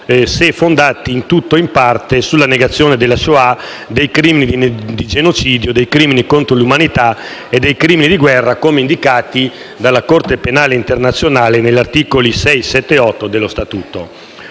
se fondati in tutto o in parte sulla negazione della Shoah, dei crimini di genocidio, dei crimini contro l'umanità e dei crimini di guerra, come indicati dalla Corte penale internazionale negli articoli 6, 7 e 8 dello Statuto.